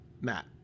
Matt